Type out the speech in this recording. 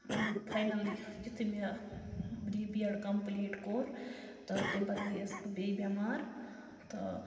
final یُتھُے مےٚ یہِ بی اٮ۪د کَمپٕلیٖٹ کوٚر تہٕ تَمہِ پَتہٕ گٔیَس بہٕ بیٚیہِ بٮ۪مار تہٕ